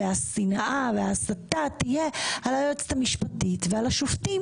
השנאה וההסתה תהיה על היועצת המשפטית ועל השופטים.